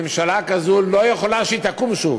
ממשלה כזו לא יכול להיות שהיא תקום שוב,